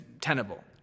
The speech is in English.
tenable